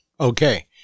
Okay